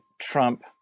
Trump